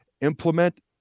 implement